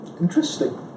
Interesting